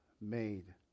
made